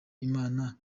n’imana